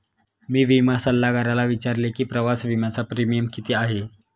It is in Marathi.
मी विमा सल्लागाराला विचारले की प्रवास विम्याचा प्रीमियम किती आहे?